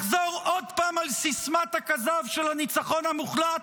לחזור עוד פעם על סיסמת הכזב של הניצחון המוחלט?